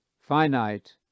finite